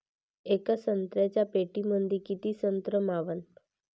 येका संत्र्याच्या पेटीमंदी किती संत्र मावन?